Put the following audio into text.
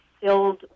Filled